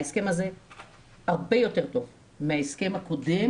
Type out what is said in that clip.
ההסכם הזה הרבה יותר טוב מההסכם הקודם